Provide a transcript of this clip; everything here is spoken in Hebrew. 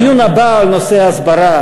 הדיון הבא הוא על נושא ההסברה.